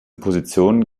position